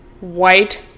white